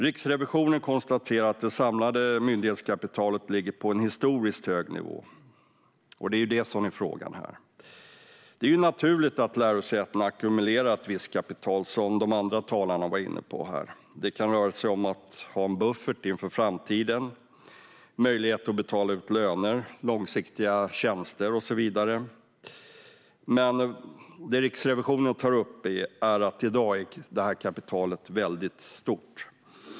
Riksrevisionen konstaterar att det samlade myndighetskapitalet ligger på en historiskt hög nivå. Det är det som är frågan här. Som de andra talarna var inne på är det naturligt att lärosätena ackumulerar ett visst kapital. Det kan röra sig om att ha en buffert inför framtiden, möjlighet att betala ut löner, långsiktiga tjänster och så vidare. Men det Riksrevisionen tar upp är att i dag är det här kapitalet väldigt stort.